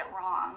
wrong